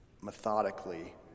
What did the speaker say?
methodically